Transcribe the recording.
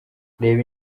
reba